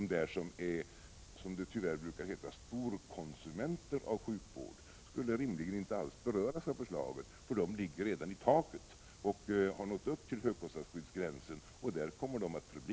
De som är — som det tyvärr brukar heta — storkonsumenter av sjukvård skulle rimligen inte alls beröras av förslaget, eftersom de redan har nått upp till högkostnadsskyddsgränsen, och där kommer de att förbli.